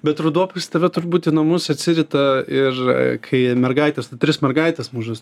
bet ruduo pas tave turbūt į namus atsirita ir kai mergaitės tu tris mergaites mažas